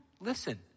listen